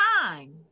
time